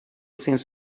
seems